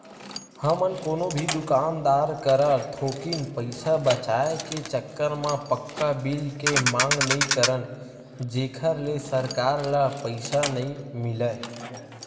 हमन कोनो भी दुकानदार करा थोकिन पइसा बचाए के चक्कर म पक्का बिल के मांग नइ करन जेखर ले सरकार ल पइसा नइ मिलय